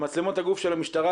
מצלמות הגוף של המשטרה,